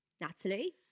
Natalie